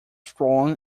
flown